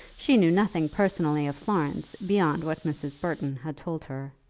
she knew nothing personally of florence beyond what mrs. burton had told her.